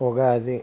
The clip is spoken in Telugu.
ఉగాది